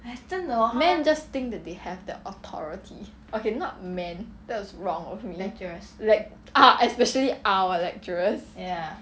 men just think that they have the authority okay not man that was wrong of me lect~ ah especially our lecturers